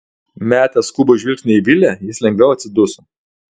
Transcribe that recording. metęs skubų žvilgsnį į vilę jis lengviau atsiduso